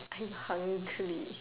I'm hungry